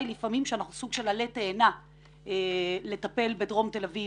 היא לפעמים שאנחנו סוג של עלה תאנה לטפל בדרום תל אביב.